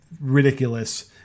Ridiculous